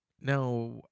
Now